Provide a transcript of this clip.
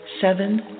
seven